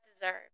deserve